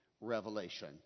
Revelation